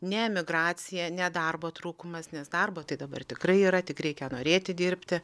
ne emigracija ne darbo trūkumas nes darbo tai dabar tikrai yra tik reikia norėti dirbti